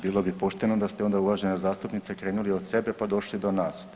Bilo bi pošteno da ste onda uvažena zastupnice krenuli od sebe pa došli do nas.